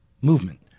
movement